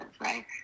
right